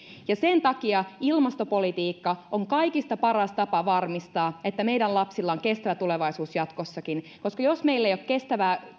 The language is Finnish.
ja sen takia ilmastopolitiikka on kaikkein paras tapa varmistaa että meidän lapsilla on kestävä tulevaisuus jatkossakin koska jos meillä ei ole kestävää